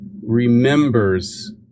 remembers